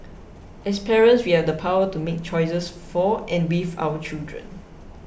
as parents we have the power to make choices for and with our children